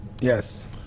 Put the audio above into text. Yes